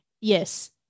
yes